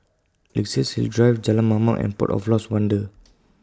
Luxus Hill Drive Jalan Mamam and Port of Lost Wonder